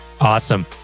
Awesome